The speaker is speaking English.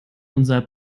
unser